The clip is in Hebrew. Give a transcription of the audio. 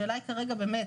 השאלה היא כרגע באמת,